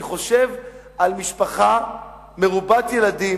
אני חושב על משפחה מרובת ילדים,